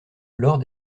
lors